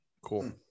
Cool